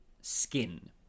skin